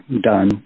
done